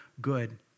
good